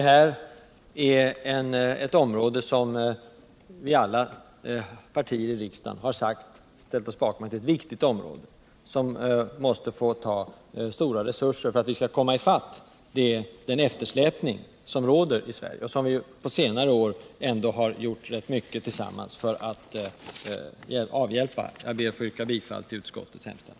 Herr talman! Alla partier i riksdagen har ställt sig bakom uttalandet att barnomsorgen är ett viktigt område som måste få ta stora resurser i anspråk, för att vi skall komma i fatt den eftersläpning som råder i Sverige, och som vi på senare år ändå har gjort rätt mycket tillsammans för att avhjälpa. Jag ber att få yrka bifall till utskottets hemställan.